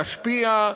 להשפיע,